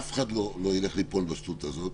אף אחד לא ילך ליפול בשטות הזאת,